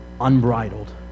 unbridled